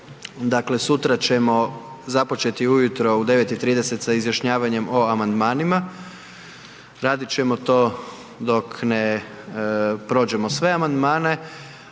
Dakle sutra ćemo započeti ujutro u 9 i 30 sa izjašnjavanjem o amandmanima, radit ćemo to dok ne prođemo sve amandmane.